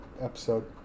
episode